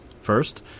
First